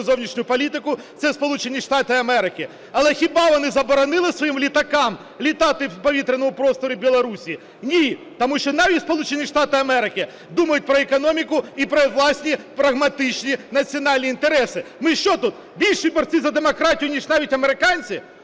зовнішню політику – це Сполучені Штати Америки. Але хіба вони заборонили своїм літакам літати у повітряному просторі Білорусі? Ні. Тому що навіть Сполучені Штати Америки думають про економіку і про власні прагматичні національні інтереси. Ми що тут більші борці за демократію, ніж навіть американці?